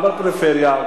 גם בפריפריה,